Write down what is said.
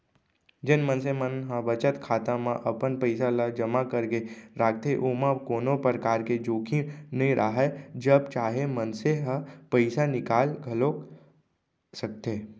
जेन मनसे मन ह बचत खाता म अपन पइसा ल जमा करके राखथे ओमा कोनो परकार के जोखिम नइ राहय जब चाहे मनसे ह पइसा निकाल घलौक सकथे